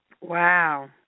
Wow